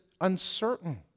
uncertain